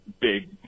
big